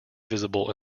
visible